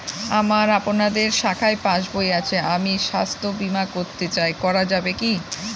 আমার আপনাদের শাখায় পাসবই আছে আমি স্বাস্থ্য বিমা করতে চাই করা যাবে কি?